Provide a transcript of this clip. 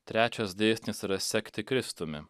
trečias dėsnis yra sekti kristumi